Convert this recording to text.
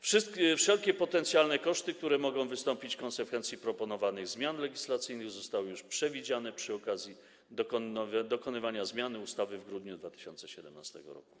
Wszelkie potencjalne koszty, które mogą wystąpić w konsekwencji proponowanych zmian legislacyjnych, zostały już przewidziane przy okazji dokonywania zmiany ustawy w grudniu 2017 r.